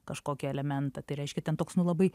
kažkokį elementą tai reiškia ten toks nu labai